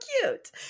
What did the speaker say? cute